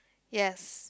yes